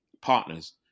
partners